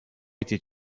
été